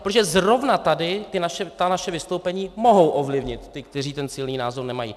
Protože zrovna tady ta naše vystoupení mohou ovlivnit ty, kteří ten silný názor nemají.